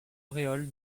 auréole